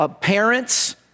parent's